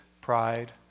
pride